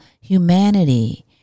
humanity